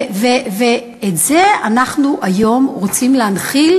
ואת זה אנחנו היום רוצים להנחיל,